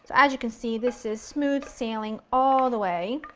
as you can see, this is smooth sailing all the way.